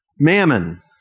Mammon